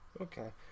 Okay